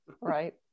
right